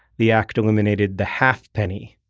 the act eliminated the half-penny,